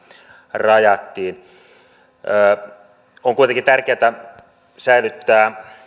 rajattiin on kuitenkin tärkeätä säilyttää